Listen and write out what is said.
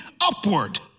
upward